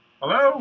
hello